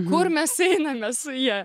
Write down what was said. kur mes einame su ja